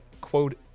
quote